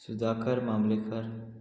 Sudhakar Mamlekar